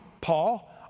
Paul